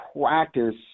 practice